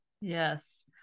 Yes